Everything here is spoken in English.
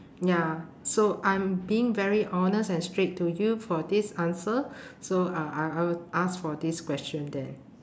ya so I'm being very honest and straight to you for this answer so I I I will ask for this question then